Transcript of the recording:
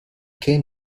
came